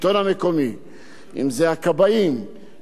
התנגדו לקידום החקיקה הזאת,